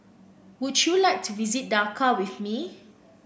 would you like to visit Dhaka with me